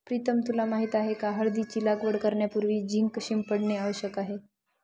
प्रीतम तुला माहित आहे का हळदीची लागवड करण्यापूर्वी झिंक शिंपडणे आवश्यक आहे